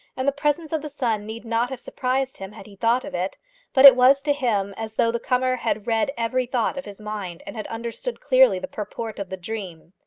and the presence of the son need not have surprised him had he thought of it but it was to him as though the comer had read every thought of his mind, and had understood clearly the purport of the dream.